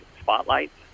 spotlights